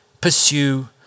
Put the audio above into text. pursue